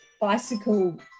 bicycle